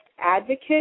advocate